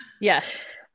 Yes